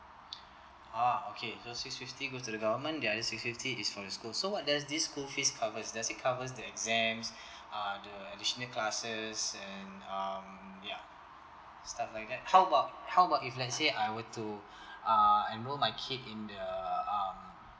ah okay just six fifty go to the government the other six fifty is for the school so what does this school fees covers does this covers the exams uh the additional classes and um ya stuff like that how about how about if let's say I were to uh enrol my kid in the um